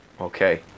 Okay